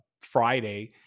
Friday